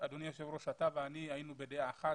ואתה אדוני היושב ראש ואני היינו בדעה אחת,